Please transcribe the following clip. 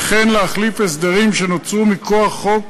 וכן להחליף הסדרים שנוצרו מכוח חוק